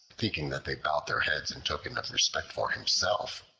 thinking that they bowed their heads in token of respect for himself,